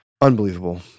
Unbelievable